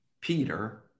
Peter